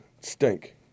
stink